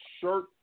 shirt